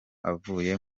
avuye